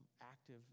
active